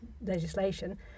legislation